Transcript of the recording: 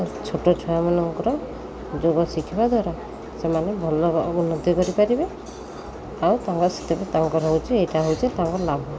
ଛୋଟ ଛୁଆମାନଙ୍କର ଯୋଗ ଶିଖିବା ଦ୍ୱାରା ସେମାନେ ଭଲ ଉନ୍ନତି କରିପାରିବେ ଆଉ ତାଙ୍କ ସେଥିରେ ତାଙ୍କର ହେଉଛି ଏଇଟା ହେଉଛି ତାଙ୍କର ଲାଭ